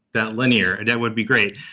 that linear. and that would be great,